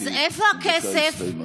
אז איפה הכסף?